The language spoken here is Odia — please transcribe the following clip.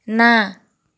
ନା